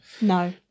No